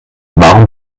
warum